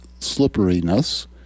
slipperiness